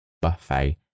buffet